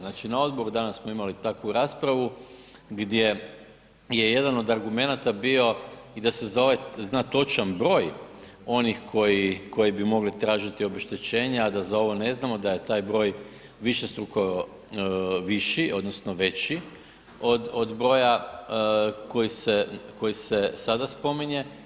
Znači na odboru danas smo imali takvu raspravu gdje je jedan od argumenata bio i da se za ovaj zna točan broj onih koji bi mogli tražiti obeštećenja, a da za ovo ne znamo da je taj broj višestruko viši odnosno veći od broja koji se sada spominje.